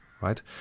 right